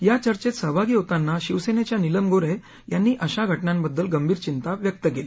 या चर्चेत सहभागी होताना शिवसेनेच्या नीलम गोन्हे यांनी अशा घटनांबद्दल गंभीर चिंता व्यक्त केली